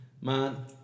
Man